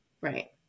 Right